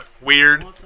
Weird